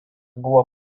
buvo